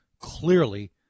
clearly